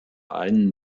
einen